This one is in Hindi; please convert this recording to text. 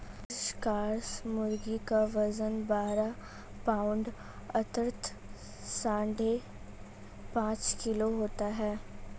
कॉर्निश क्रॉस मुर्गी का वजन बारह पाउण्ड अर्थात साढ़े पाँच किलो होता है